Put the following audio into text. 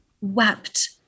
wept